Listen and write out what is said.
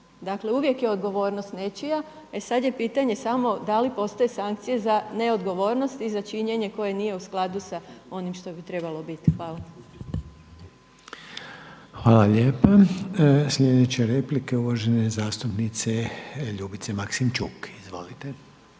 Dakle uvijek je odgovornost nečija, e sada je pitanje samo da li postoje sankcije za neodgovornost i za činjenje koje nije u skladu sa onim što bi trebalo biti. Hvala. **Reiner, Željko (HDZ)** Hvala lijepa. Sljedeća replika je uvažene zastupnice Ljubice Maksimčuk. Izvolite.